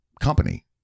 company